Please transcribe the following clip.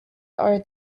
are